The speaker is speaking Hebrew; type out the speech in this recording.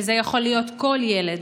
וזה יכול להיות כל ילד.